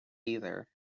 either